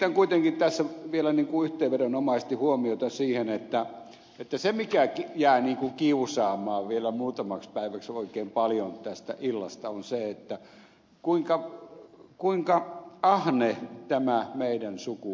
kiinnitän kuitenkin tässä vielä yhteenvedonomaisesti huomiota siihen että se mikä jää kiusaamaan vielä muutamaksi päiväksi oikein paljon tästä illasta on se kuinka ahne tämä meidän sukupolvemme on